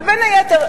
אבל בין היתר,